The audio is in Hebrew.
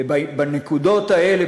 ובנקודות האלה,